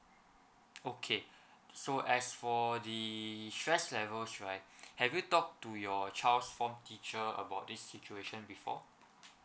okay so as for the stress levels right have you talked to your child's form teacher about this situation before